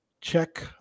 Check